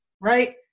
right